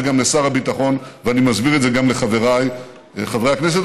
זה גם לחבריי חברי הכנסת,